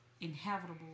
inhabitable